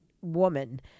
woman